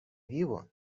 vivo